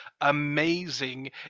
amazing